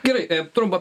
gerai trumpą